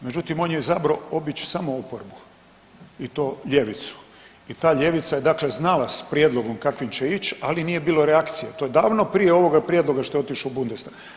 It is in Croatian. Međutim on je izabrao obići samo oporbu i to ljevicu i ta ljevica je dakle znao s prijedlogom kakvim će ići, ali nije bilo reakcija i to davno prije ovoga prijedloga što je otišao u Bundestag.